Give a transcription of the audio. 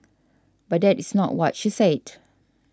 but that is not what she said